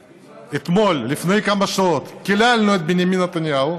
אתמול, לפני כמה שעות, קיללנו את בנימין נתניהו,